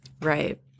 Right